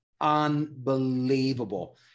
unbelievable